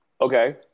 Okay